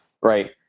right